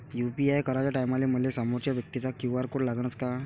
UPI कराच्या टायमाले मले समोरच्या व्यक्तीचा क्यू.आर कोड लागनच का?